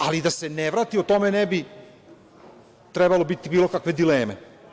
Ali, da se ne vrati, o tome ne bi trebalo biti bilo kakve dileme.